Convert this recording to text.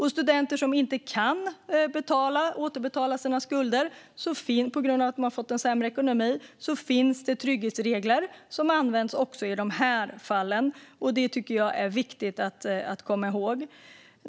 För de studenter som inte kan återbetala sina skulder på grund av de har fått sämre ekonomi finns trygghetsregler, och de används även i dessa fall. Det är viktigt att komma ihåg.